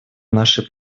нашей